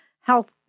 health